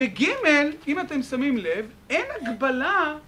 בג' אם אתם שמים לב אין הגבלה